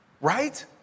right